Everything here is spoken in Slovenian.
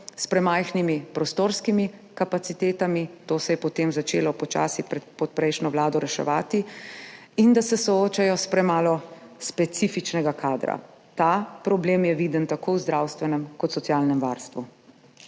s premajhnimi prostorskimi kapacitetami, to se je potem začelo počasi pod prejšnjo vlado reševati, in da se soočajo s premalo specifičnega kadra. Ta problem je viden tako v zdravstvenem kot socialnem varstvu,